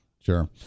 Sure